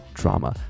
drama